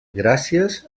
gràcies